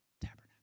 tabernacle